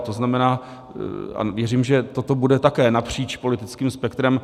To znamená, věřím, že toto bude také napříč politickým spektrem.